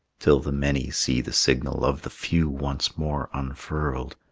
till the many see the signal of the few once more unfurled.